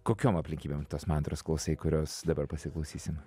kokiom aplinkybėm tu tos mantros klausai kurios dabar pasiklausysim